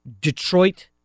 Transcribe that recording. Detroit